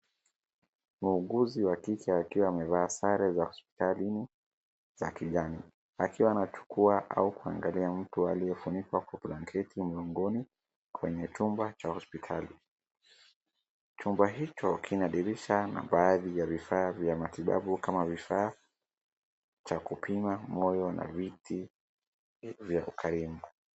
Muuguzi wa kike akiwa amevaa sare za hospitalini za kijani akiwa anachukua au kuangalia mtu aliyefunikwa kwa blanketi mgongoni, kwenye chumba cha hospitali. Chumba hicho kina dirisha na baadhi ya vifaa vya matibabu kama vifaa cha kupima moyo na viti vya kukalia.